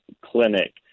clinic